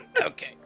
Okay